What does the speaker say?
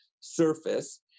surface